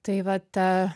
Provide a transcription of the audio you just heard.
tai va ta